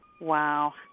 Wow